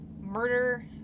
murder